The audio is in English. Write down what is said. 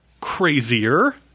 crazier